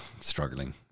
Struggling